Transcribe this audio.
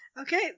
Okay